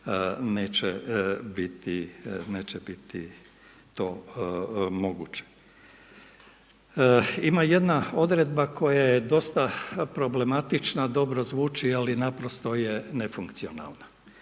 neće biti to moguće. Ima jedna odredba koja je dosta problematična, dobro zvuči ali naprosto je nefunkcionalna.